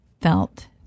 felt